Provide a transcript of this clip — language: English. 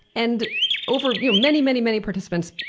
and over you know many, many many participants,